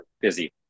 busy